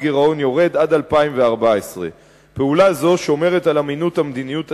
גירעון יורד עד שנת 2014. פעולה זו שומרת על אמינות המדיניות התקציבית,